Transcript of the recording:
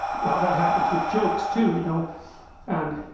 while that happens with jokes too, you know and